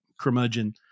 curmudgeon